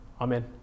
Amen